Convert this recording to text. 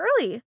early